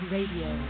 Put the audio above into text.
Radio